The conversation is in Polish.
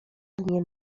nie